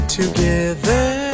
together